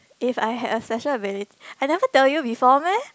if I have special ability I never tell you before meh